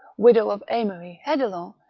widow of aymery hedelin,